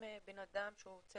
בן אדם שרוצה